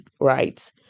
right